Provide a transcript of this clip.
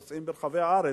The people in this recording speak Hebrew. כשהם נוסעים ברחבי הארץ.